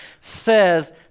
says